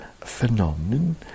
phenomenon